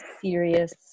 serious